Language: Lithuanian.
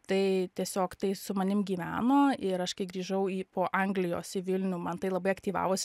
tai tiesiog tai su manim gyveno ir aš kai grįžau į po anglijos į vilnių man tai labai aktyvavosi